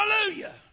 Hallelujah